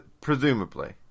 presumably